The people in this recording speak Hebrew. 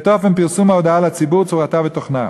את אופן פרסום ההודעה לציבור, צורתה ותוכנה.